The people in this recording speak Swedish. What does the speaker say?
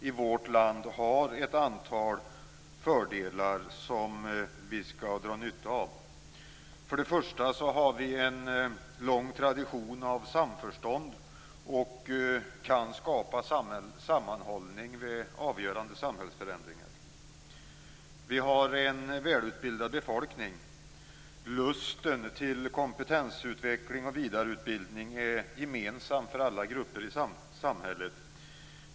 I vårt land har vi ett antal fördelar som vi bör dra nytta av: För det första har vi har en tradition av samförstånd och kan skapa sammanhållning vid avgörande samhällsförändringar. För det andra har vi en välutbildad befolkning. Lusten till kompetensutveckling och vidareutbildning är gemensam för alla grupper i samhället.